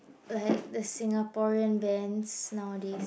like the Singaporean bands nowadays